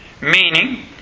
Meaning